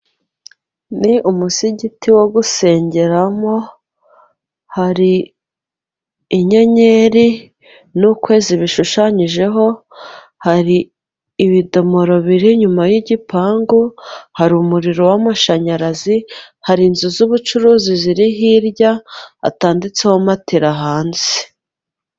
Ni umusigati wo gusengeramo, hari inyenyeri n'ukwezi bishushanyijeho hari ibidomoro biri inyuma y'igipangu, hari umuriro w'amashanyarazi hari izu z'ubucuruzi ziri hirya, hatanditseho matela hanze.